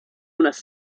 unas